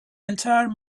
entire